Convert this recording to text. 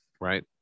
Right